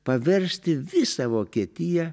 paversti visą vokietiją